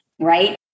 right